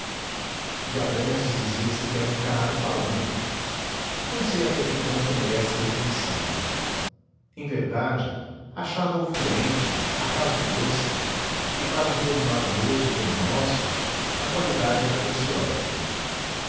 de abrantes dizia-se que era um canário falando não sei até que ponto merece a definição em verdade achava-o fluente acaso doce e para um povo mavioso como o nosso a qualidade era preciosa